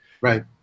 Right